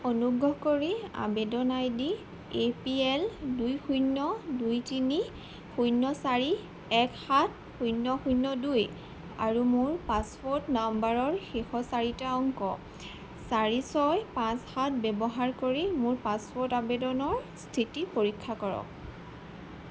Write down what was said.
অনুগ্ৰহ কৰি আবেদন I D A P L দুই শূন্য দুই তিনি শূন্য চাৰি এক সাত শূন্য শূন্য দুই আৰু মোৰ পাছপোৰ্ট নাম্বাৰৰ শেষৰ চাৰিটা অংক চাৰি ছয় পাঁচ সাত ব্যৱহাৰ কৰি মোৰ পাছপোৰ্ট আবেদনৰ স্থিতি পৰীক্ষা কৰক